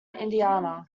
indiana